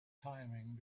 timing